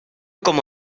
como